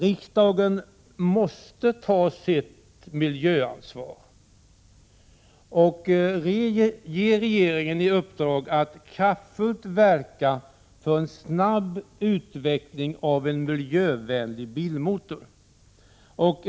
Riksdagen måste ta sitt miljöansvar och ge regeringen i uppdrag att kraftfullt verka för en snabb utveckling av en miljövänlig bilmotor.